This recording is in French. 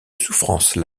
souffrance